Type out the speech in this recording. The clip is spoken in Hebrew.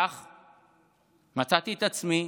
כך מצאתי את עצמי,